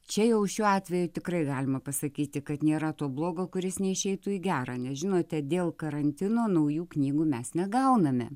čia jau šiuo atveju tikrai galima pasakyti kad nėra to blogo kuris neišeitų į gerą nes žinote dėl karantino naujų knygų mes negauname